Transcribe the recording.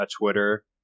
Twitter